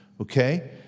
okay